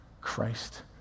Christ